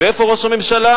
ואיפה ראש הממשלה?